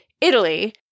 Italy